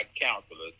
counselors